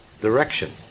direction